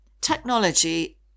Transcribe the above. Technology